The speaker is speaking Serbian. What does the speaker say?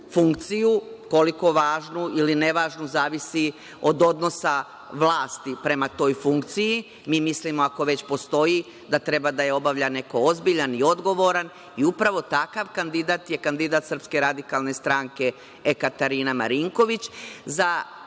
funkciju, a koliko važnu ili ne važnu zavisi od odnosa vlasti prema toj funkciji. Mi mislimo ako već postoji da treba da je obavlja neko ozbiljan i odgovoran i upravo takav kandidat je kandidat SRS Ekaterina Marinković za